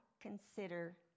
consider